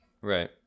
Right